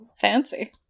Fancy